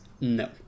No